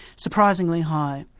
surprisingly high.